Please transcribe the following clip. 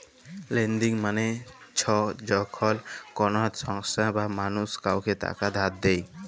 lending মালে চ্ছ যখল কল সংস্থা বা মালুস কাওকে টাকা ধার দেয়